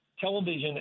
Television